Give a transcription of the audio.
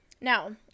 Now